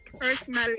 personally